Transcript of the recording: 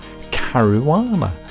Caruana